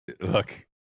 look